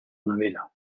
nevera